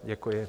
Děkuji.